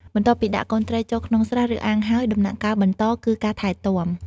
បន្ទាប់ពីដាក់កូនត្រីចូលក្នុងស្រះ ឬអាងហើយ ដំណាក់កាលបន្តគឺការថែទាំ។